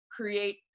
create